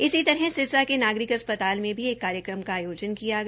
इसी तरह सिरसा के नागरिक अस्पताल में भी एक कार्यकम का आयोजन किया गया